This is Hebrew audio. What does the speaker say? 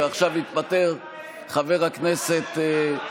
ועכשיו התפטר חבר הכנסת,